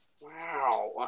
Wow